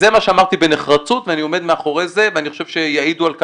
זה מה שאמרתי בנחרצות ואני עומד מאחורי זה ואני חושב שיעידו על כך,